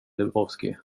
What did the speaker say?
lebowski